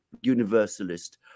universalist